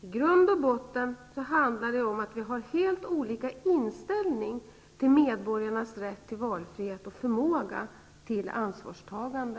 I grund och botten handlar det om att vi har helt olika inställning till medborgarnas rätt till valfrihet och förmåga till ansvarstagande.